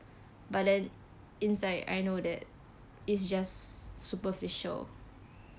but then inside I know that it's just superficial